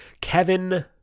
Kevin